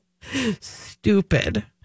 stupid